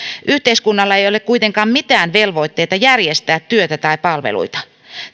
yhteiskunnalla ei ole kuitenkaan mitään velvoitteita järjestää työtä tai palveluita